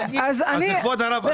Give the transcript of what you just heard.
כבוד הרב,